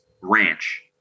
ranch